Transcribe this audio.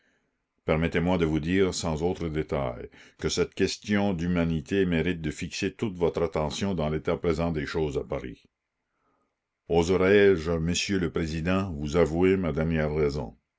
permettez-moi de vous dire sans autres détails que cette question d'humanité mérite de fixer toute votre attention dans l'état présent des choses à paris oserai-je monsieur le président vous avouer ma dernière raison